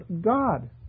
God